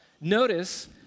notice